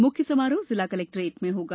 मुख्य समारोह जिला कलेक्ट्रेट में होगा